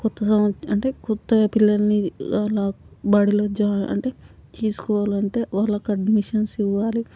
కొత్త సంవ అంటే కొత్త పిల్లలని అలా బడిలో జా అంటే తీసుకోవాలి అంటే వాళ్ళకి అడ్మిషన్స్ ఇవ్వాలి